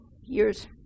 years